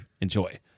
enjoy